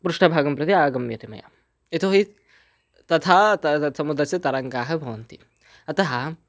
पृष्ठभागं प्रति आगम्यते मया यतो हि तथा ता तद् समुद्रस्य तरङ्गाः भवन्ति अतः